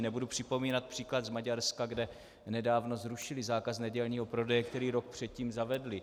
Nebudu připomínat příklad z Maďarska, kde nedávno zrušili zákaz nedělního prodeje, který rok předtím zavedli.